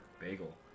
Bagel